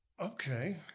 okay